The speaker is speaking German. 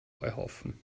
heuhaufen